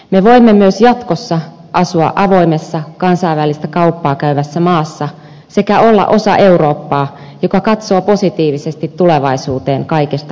me voimme myös jatkossa asua avoimessa kansainvälistä kauppaa käyvässä maassa sekä olla osa eurooppaa joka katsoo positiivisesti tulevaisuuteen kaikesta huolimatta